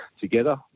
together